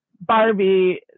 barbie